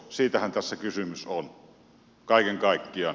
siitähän tässä kysymys on kaiken kaikkiaan